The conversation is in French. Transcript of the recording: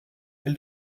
elle